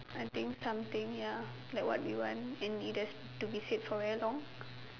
I think something ya like what you want and it has to be said for very long